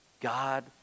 God